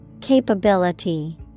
Capability